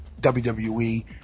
WWE